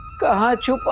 god you